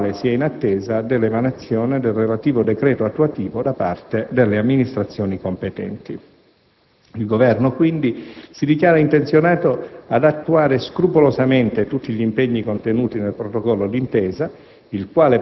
per la quale si è in attesa dell'emanazione del relativo decreto attuativo da parte delle amministrazioni competenti. Il Governo, quindi, si dichiara intenzionato ad attuare scrupolosamente tutti gli impegni contenuti nel protocollo d'intesa,